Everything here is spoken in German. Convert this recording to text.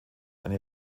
eine